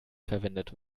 verwendet